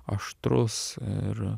aštrus ir